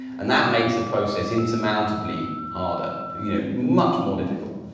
and that makes the process insurmountably harder, you know. much more difficult,